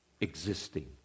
existing